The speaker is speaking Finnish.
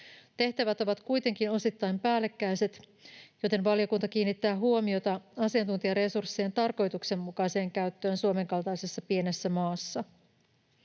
Tehtävät ovat kuitenkin osittain päällekkäiset, joten valiokunta kiinnittää huomiota asiantuntijaresurssien tarkoituksenmukaiseen käyttöön Suomen kaltaisessa pienessä maassa.